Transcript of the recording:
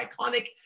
iconic